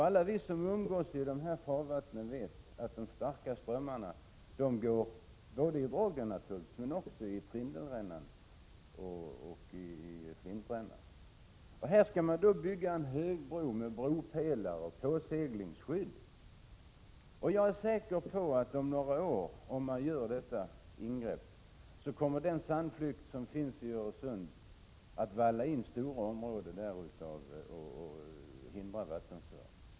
Alla vi som umgås med de här farvattnen vet att de starka strömmarna går i Drogden, naturligtvis, men också i Trindelrännan och Flintrännan. Här skulle man alltså bygga en högbro, med bropelare och påseglingsskydd. Jag är säker på att om man gör detta ingrepp kommer om några år den sandflykt som finns i Öresund att valla in stora områden och hindra vattenföringen.